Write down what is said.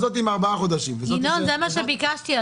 ינון, זה מה שביקשתי.